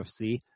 UFC